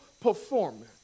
performance